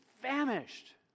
famished